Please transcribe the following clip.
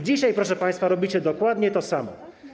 Dzisiaj, proszę państwa, robicie dokładnie to samo.